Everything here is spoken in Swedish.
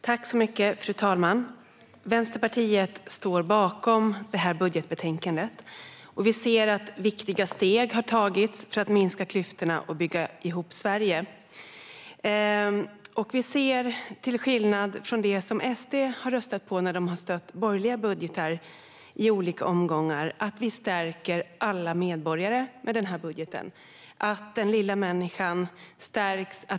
Fru talman! Vänsterpartiet står bakom förslaget i detta budgetbetänkande. Vi ser att viktiga steg har tagits för att minska klyftorna och bygga ihop Sverige igen. Till skillnad från det som SD har röstat på när de i olika omgångar har stött borgerliga budgetar ser vi att vi med denna budget stärker alla medborgare. Den lilla människan stärks.